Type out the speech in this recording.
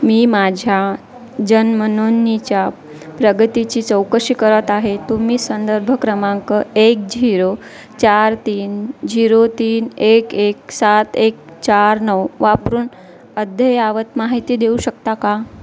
मी माझ्या जन्मनोंदणीच्या प्रगतीची चौकशी करत आहे तुम्ही संदर्भ क्रमांक एक झिरो चार तीन झिरो तीन एक एक सात एक चार नऊ वापरून अद्ययावत माहिती देऊ शकता का